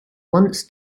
wants